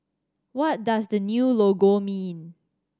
what does the new logo mean